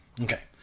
Okay